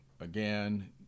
again